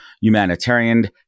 humanitarian